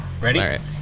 Ready